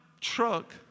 truck